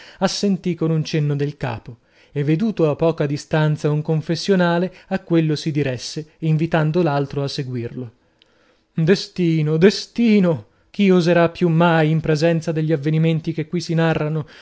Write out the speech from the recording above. assentì con un cenno del capo e veduto a poca distanza un confessionale a quello si diresse invitando l'altro a seguirlo destino destino chi oserà più mai in presenza degli avvenimenti che qui si narrano